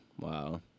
Wow